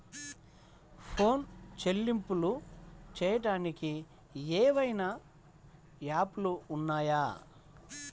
Phone చెల్లింపులు చెయ్యటానికి ఏవైనా యాప్లు ఉన్నాయా?